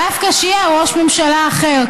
דווקא כשיהיה ראש ממשלה אחר,